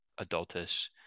adultish